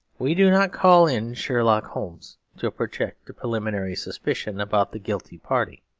we do not call in sherlock holmes to project a preliminary suspicion about the guilty party.